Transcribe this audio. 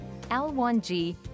L1G